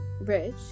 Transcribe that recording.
rich